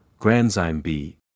granzyme-B